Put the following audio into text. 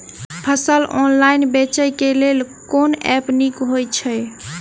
फसल ऑनलाइन बेचै केँ लेल केँ ऐप नीक होइ छै?